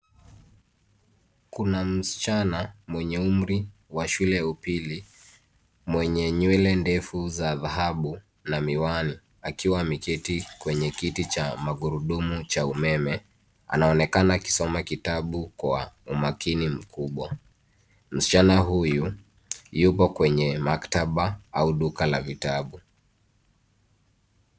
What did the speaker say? Kuna msichana mwenye umri wa shule ya upili mwenye nywele ndefu za dhahabu na miwani akiwa ameketi kwenye kiti cha mangurudumu cha umeme. Anaonekana akisoma kitabu kwa umakini mkubwa. Msichana huyu yuko kwenye maktaba au duka la vitabu.